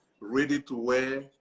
ready-to-wear